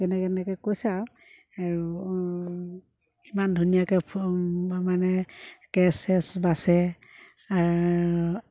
তেনেকৈ তেনেকৈ কৈছে আৰু আৰু ইমান ধুনীয়াকৈ ফুল মানে কেছ চেছ বাচে